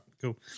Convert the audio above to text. Cool